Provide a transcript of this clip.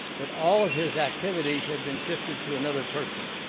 but all of his activities had been shifted to another person.